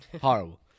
Horrible